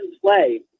play